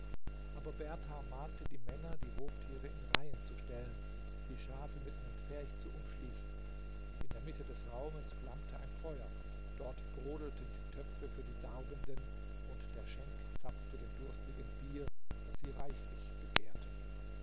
aber berthar mahnte die männer die hoftiere in reihen zu stellen die schafe mit einem pferch zu umschließen in der mitte des raumes flammte ein feuer dort brodelten die töpfe für die darbenden und der schenk zapfte den durstigen bier das sie reichlich begehrten